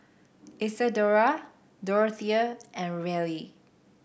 Isadora Dorothea and Reilly